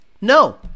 No